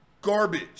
garbage